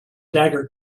dagger